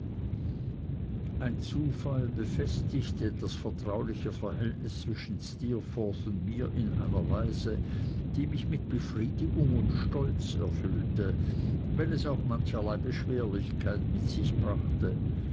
ein zufall befestigte das vertrauliche verhältnis zwischen steerforth und mir in einer weise die mich mit befriedigung und stolz erfüllte wenn es auch mancherlei beschwerlichkeit mit sich brachte